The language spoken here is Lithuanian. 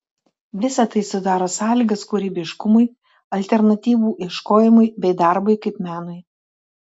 visa tai sudaro sąlygas kūrybiškumui alternatyvų ieškojimui bei darbui kaip menui